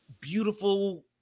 beautiful